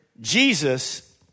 Jesus